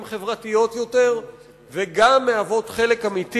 גם חברתיות יותר וגם מהוות חלק אמיתי